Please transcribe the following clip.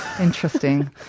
Interesting